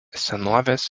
senovės